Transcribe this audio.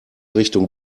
richtung